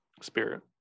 Spirit